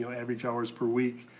you know average hours per week,